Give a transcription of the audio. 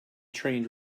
trained